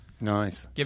nice